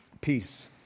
Peace